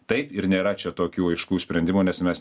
taip ir nėra čia tokių aiškių sprendimų nes mes